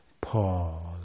pause